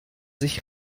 sich